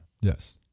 Yes